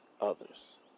others